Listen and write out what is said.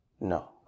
No